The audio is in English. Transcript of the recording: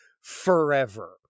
forever